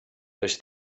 does